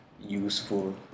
useful